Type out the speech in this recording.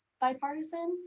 bipartisan